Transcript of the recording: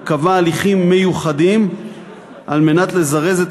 הוא קבע הליכים מיוחדים על מנת לזרז את